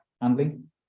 handling